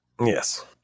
Yes